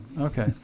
Okay